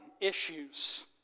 issues